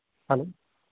hello